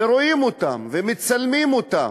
ורואים אותם ומצלמים אותם,